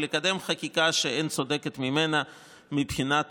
ולקדם חקיקה שאין צודקת ממנה מבחינת